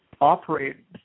operate